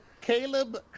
Caleb